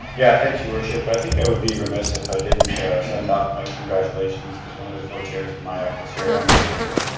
yeah, thanks your worship. i think i would be remiss if i didn't send off my congratulations to one of the co-chairs of myac this year, emily hunter.